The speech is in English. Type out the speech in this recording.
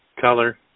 color